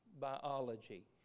biology